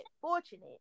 fortunate